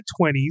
20s